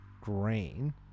green